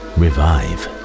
revive